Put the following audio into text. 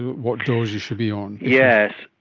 what dose you should be on. yes,